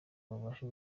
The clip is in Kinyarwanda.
babashe